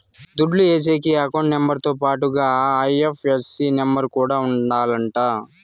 దుడ్లు ఏసేకి account number తో పాటుగా ఐ.ఎఫ్.ఎస్.సి నెంబర్ కూడా ఉండాలంట